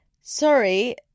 sorry